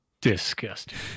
Disgusting